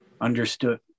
understood